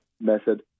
method